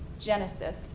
Genesis